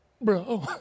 bro